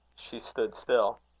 she stood still.